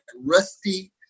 rusty